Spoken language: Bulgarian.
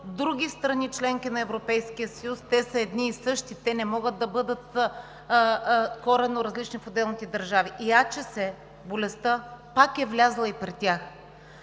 други страни – членки на Европейския съюз – те са едни и същи, те не могат да бъдат коренно различни в отделните държави, и АЧС, болестта, пак е влязла при тях.